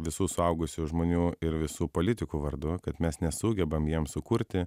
visų suaugusių žmonių ir visų politikų vardu kad mes nesugebam jiem sukurti